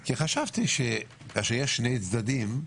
כי חשבתי שכשיש שני צדדים,